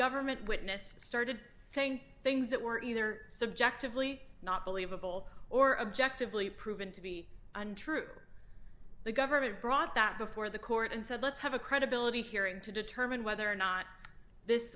government witness started saying things that were either subjectively not believable or objective lee proven to be untrue or the government brought that before the court and said let's have a credibility hearing to determine whether or not this